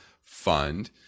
Fund